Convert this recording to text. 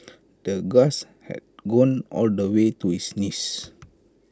the grass had grown all the way to his knees